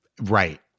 Right